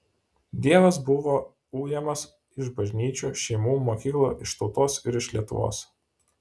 dievas buvo ujamas iš bažnyčių šeimų mokyklų iš tautos ir iš lietuvos